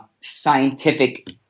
scientific